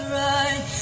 right